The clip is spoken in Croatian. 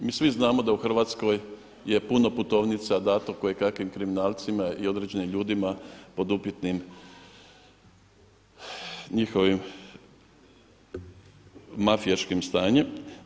Mi svi znamo da u Hrvatskoj je puno putovnica dato kojekakvim kriminalcima i određenim ljudima pod upitnim njihovim mafijaškim stanjem.